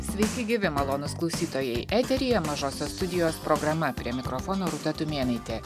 sveiki gyvi malonūs klausytojai eteryje mažosios studijos programa prie mikrofono rūta tumėnaitė